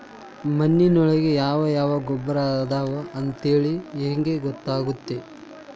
ಮಣ್ಣಿನೊಳಗೆ ಯಾವ ಯಾವ ಗೊಬ್ಬರ ಅದಾವ ಅಂತೇಳಿ ಹೆಂಗ್ ಗೊತ್ತಾಗುತ್ತೆ?